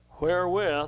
wherewith